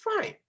fine